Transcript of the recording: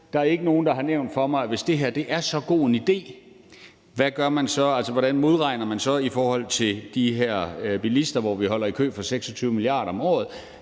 Der er ikke nogen, der har nævnt for mig, hvordan man, hvis det her er så god en idé, så modregner det i forhold til de her bilister, som holder i kø for 26 mia. kr. om året.